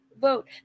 vote